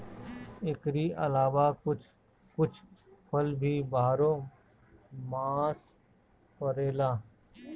एकरी अलावा कुछ कुछ फल भी बारहो मास फरेला